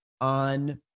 on